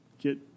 get